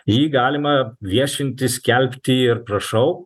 jį galima viešinti skelbti ir prašau